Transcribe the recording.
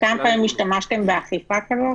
כמה פעמים באמת השתמשתם באכיפה כזאת?